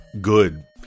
good